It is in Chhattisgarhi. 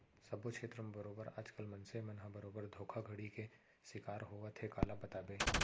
सब्बो छेत्र म बरोबर आज कल मनसे मन ह बरोबर धोखाघड़ी के सिकार होवत हे काला बताबे